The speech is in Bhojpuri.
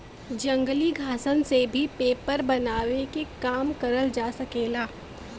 जंगली घासन से भी पेपर बनावे के काम करल जा सकेला